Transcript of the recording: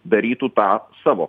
darytų tą savo